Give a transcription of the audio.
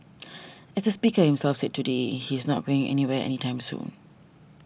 as the speaker himself said today he's not going anywhere any time soon